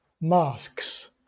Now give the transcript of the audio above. masks